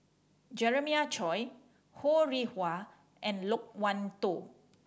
Jeremiah Choy Ho Rih Hwa and Loke Wan Tho